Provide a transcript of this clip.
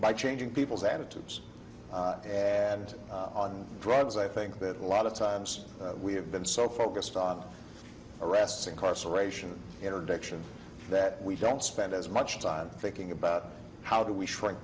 by changing people's attitudes and drugs i think that a lot of times we have been so focused on arrests incarceration interdiction that we don't spend as much time thinking about how do we shri